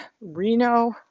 Reno